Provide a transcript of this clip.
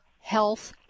Health